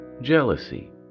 jealousy